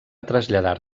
traslladar